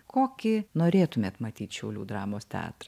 kokį norėtumėt matyt šiaulių dramos teatrą